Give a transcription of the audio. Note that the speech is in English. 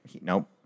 Nope